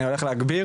אני הולך להגביר,